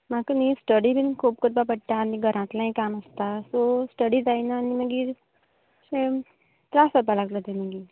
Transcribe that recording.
म्हाका न्ही स्टडी बीन खूब करपाक पडटा आनी घरांतलें काम आसता सो स्टडी जायना आनी मागीर सेम त्रास जावपाक लागता ते मागीर